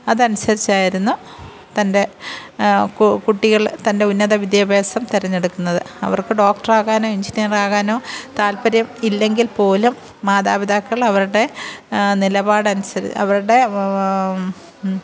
അത് അനുസരിച്ചായിരുന്നു തൻ്റെ കുട്ടികൾ തൻ്റെ ഉന്നത വിദ്യാഭ്യാസം തെരഞ്ഞെടുക്കുന്നത് അവര്ക്ക് ഡോക്ടർ ആകാനോ എഞ്ചിനിയർ ആകാനോ താല്പ്പര്യം ഇല്ലെങ്കില് പോലും മാതാപിതാക്കൾ അവരുടെ നിലപാട് അനുസരിച്ചു അവരുടെ